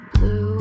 Blue